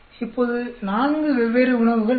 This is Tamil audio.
இப்போது நான்கு வெவ்வேறு உணவுகள் உள்ளன